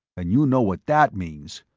and you know what that means.